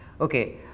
Okay